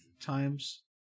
times